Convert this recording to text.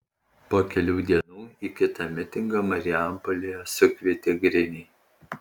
po kelių dienų į kitą mitingą marijampolėje sukvietė griniai